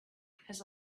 has